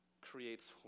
creates